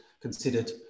considered